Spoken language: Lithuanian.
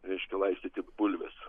reiškia laistyti bulves